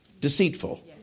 deceitful